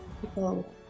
People